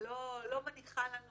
לא מניחה לנו